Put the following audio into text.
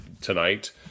tonight